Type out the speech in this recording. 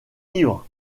livres